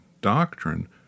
doctrine